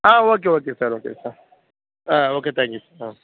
ah okay okay sir okay sir ah okay thank you sir ah